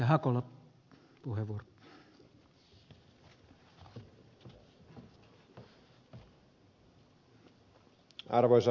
arvoisa herra puhemies